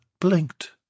blinked